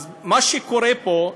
אז מה שקורה פה,